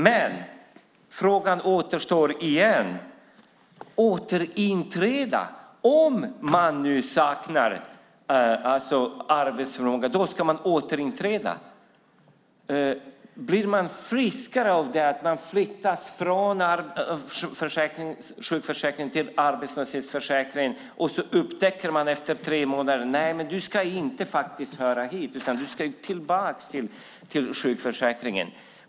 Men frågan återstår. Om man nu saknar arbetsförmåga ska man återinträda. Blir man friskare av att man flyttas från sjukförsäkringen till arbetslöshetsförsäkringen och efter tre månader upptäcker att man faktiskt inte ska höra dit utan ska tillbaka till sjukförsäkringen?